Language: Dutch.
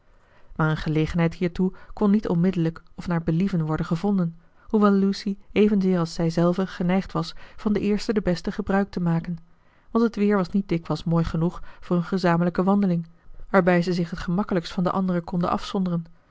maar eene gelegenheid hiertoe kon niet onmiddellijk of naar believen worden gevonden hoewel lucy even zeer als zijzelve geneigd was van de eerste de beste gebruik te maken want het weer was niet dikwijls mooi genoeg voor een gezamenlijke wandeling waarbij zij zich het gemakkelijkst van de anderen konden afzonderen